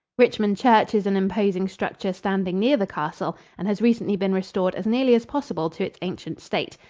richmond church is an imposing structure standing near the castle and has recently been restored as nearly as possible to its ancient state.